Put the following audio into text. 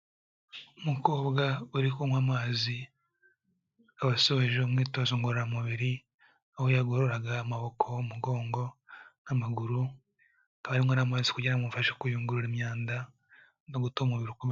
Umukobwa uri kunywa amazi akaba asoje umwitozo ngororamubiri aho yagororaga amaboko, umugongo n'amaguru akaba arimo araywa amazi kugira ngo amufashe kuyungurura imyanda no gutuma umubiri ukome...